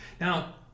now